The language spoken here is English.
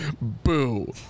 Boo